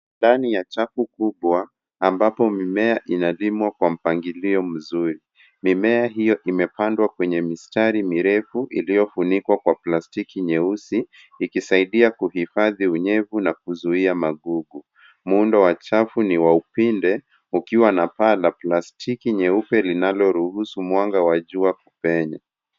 Ndani ya chafu kubwa ambapo mimea inamea kwa mpangilio mzuri. Mimea hiyo inamea kwa mistari mirefu iliyo funikwa kwa plastiki nyeusi ikisaidia kuhifadhi unyevu na kuzuia magugu. Muundo wa chafu niwa upinde ukiwa na paa la plastiki nyeupe linalo ruhusu mwanga wa jua kupenya.